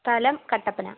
സ്ഥലം കട്ടപ്പന